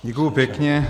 Děkuju pěkně.